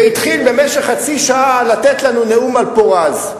והתחיל במשך חצי שעה לתת לנו נאום על פורז.